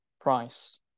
price